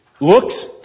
Looks